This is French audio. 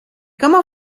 comment